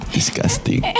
Disgusting